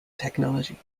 technology